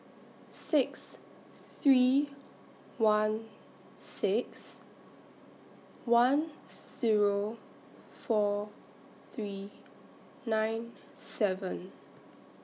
six three one six one Zero four three nine seven